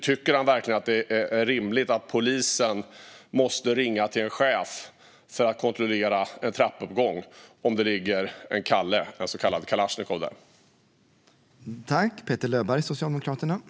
Tycker han verkligen att det är rimligt att polisen måste ringa till en chef för att kontrollera om det ligger en "kalle", det vill säga en kalasjnikov, i en trappuppgång?